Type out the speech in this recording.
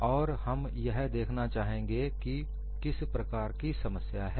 और हम यह देखना चाहेंगे कि किस प्रकार की समस्या है